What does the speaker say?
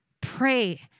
Pray